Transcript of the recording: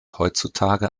heutzutage